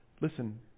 listen